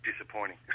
disappointing